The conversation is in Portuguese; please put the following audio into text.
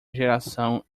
geração